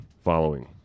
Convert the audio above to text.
following